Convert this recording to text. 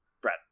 Brad